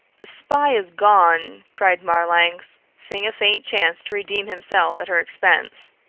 the spy is gone, cried marlanx, seeing a faint chance to redeem himself at her expense.